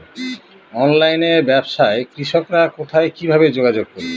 অনলাইনে ব্যবসায় কৃষকরা কোথায় কিভাবে যোগাযোগ করবে?